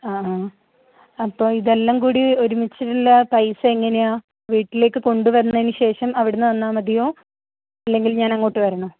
ആ ആ അപ്പോൾ ഇതെല്ലാം കൂടി ഒരുമിച്ചിട്ടുള്ള പൈസ എങ്ങനെയാണ് വീട്ടിലേക്ക് കൊണ്ടു വന്നതിനു ശേഷം അവിടെ നിന്ന് തന്നാൽമതിയോ അല്ലെങ്കിൽ ഞാൻ അങ്ങോട് വരണോ